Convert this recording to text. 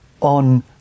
on